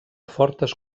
fortes